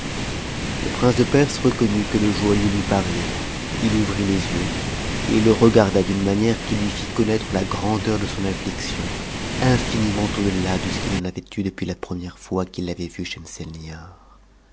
le prince de perse reconnut que e joaillier lui pariait il ouvrit f yeux et le regarda d'une manière qui lui fit connaitre la grandeur de son affliction infiniment au-delà de ce qu'il en avait eu depuis la première fois qu'il avait vu schemselnibar